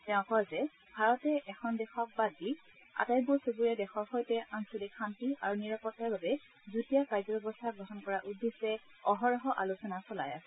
তেওঁ কয় যে ভাৰতে এখন দেশক বাদ দি আটাইবোৰ চুবুৰীয়া দেশৰ সৈতে আঞ্চলিক শান্তি আৰু নিৰাপত্তাৰ বাবে যুটীয়া কাৰ্যব্যৱস্থা গ্ৰহণ কৰাৰ উদ্দেশ্যে অহৰহ আলোচনা চলাই আছে